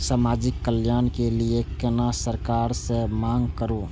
समाजिक कल्याण के लीऐ केना सरकार से मांग करु?